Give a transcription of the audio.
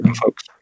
folks